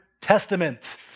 testament